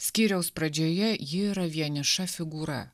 skyriaus pradžioje ji yra vieniša figūra